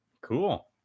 Cool